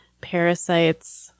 parasites